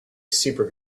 super